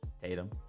Tatum